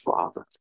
Father